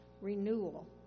renewal